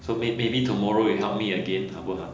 so may~ maybe tomorrow you help me again 好不好